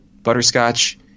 butterscotch